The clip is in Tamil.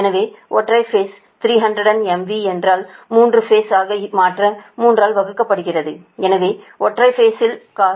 எனவே ஒற்றை பேஸ் 300 MVA என்றால் 3 பேஸ் ஆக மாற்ற 3 ஆல் வகுக்கப்படுகிறது எனவே ஒற்றை பேஸில் cos 0